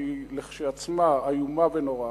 שהיא כשלעצמה איומה ונוראה,